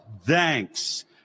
thanks